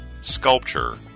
Sculpture